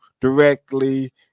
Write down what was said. directly